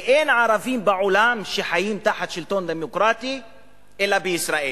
ואין ערבים בעולם שחיים תחת שלטון דמוקרטי אלא בישראל,